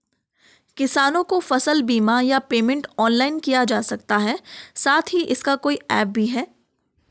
किसानों को फसल बीमा या पेमेंट ऑनलाइन किया जा सकता है साथ ही इसका कोई ऐप भी है?